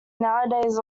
nowadays